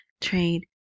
trade